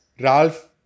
ralph